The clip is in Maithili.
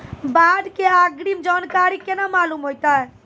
बाढ़ के अग्रिम जानकारी केना मालूम होइतै?